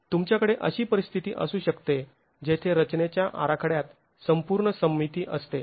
तुमच्याकडे अशी परिस्थिती असू शकते जेथे रचनेच्या आराखड्यात संपूर्ण सममिती असते